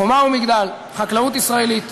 חומה ומגדל, חקלאות ישראלית,